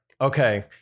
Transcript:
Okay